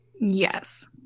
yes